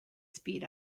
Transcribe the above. speed